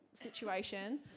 situation